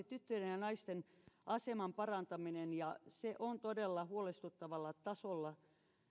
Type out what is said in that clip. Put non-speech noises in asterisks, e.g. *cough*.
*unintelligible* tyttöjen ja naisten aseman parantaminen globaalisti ja se on todella huolestuttavalla tasolla